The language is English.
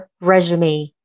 resume